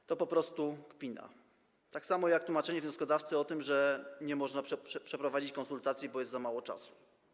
To jest po prostu kpina, tak samo jak tłumaczenie wnioskodawcy o tym, że nie można przeprowadzić konsultacji, bo jest za mało czasu.